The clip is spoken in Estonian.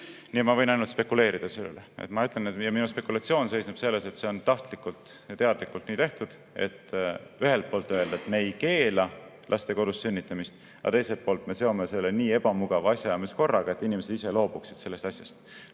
ole. Ma võin ainult spekuleerida selle üle. Ja minu spekulatsioon seisneb selles, et see on tahtlikult ja teadlikult nii tehtud, et ühelt poolt öelda, et me ei keela laste kodus sünnitamist, aga teiselt poolt me seome selle nii ebamugava asjaajamiskorraga, et inimesed ise loobuvad sellest asjast.